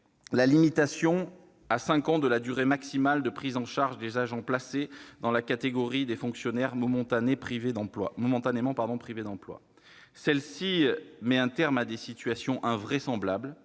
la limitation à cinq ans de la durée maximale de prise en charge des agents placés dans la catégorie des fonctionnaires momentanément privés d'emploi. Cette mesure met un terme à des situations invraisemblables